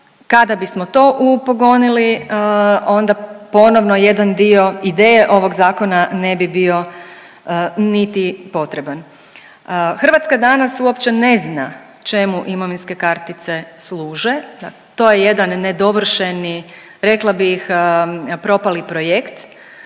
kada bismo to upogonili onda ponovno jedan dio ideje ovog zakona ne bi bio niti potreban. Hrvatska danas uopće ne zna čemu imovinske kartice služe. To je jedan nedovršeni rekla bih propali projekt.